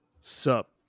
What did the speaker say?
Sup